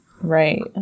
Right